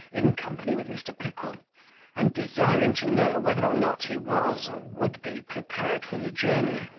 in company with mr. pickle and desiring to know whether or not he was, or would be, prepared for the journey.